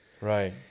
Right